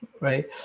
Right